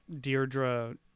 Deirdre